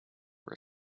were